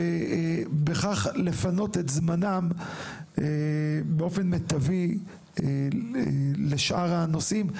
ובכך לפנות את זמנם באופן מיטבי לשאר הנושאים,